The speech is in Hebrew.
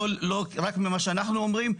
לא רק ממה שאנחנו אומרים,